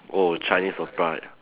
oh Chinese opera